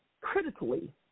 critically